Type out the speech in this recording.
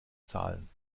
zahlen